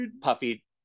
puffy